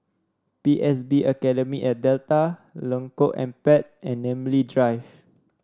P S B Academy at Delta Lengkok Empat and Namly Drive